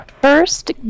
First